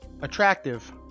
Attractive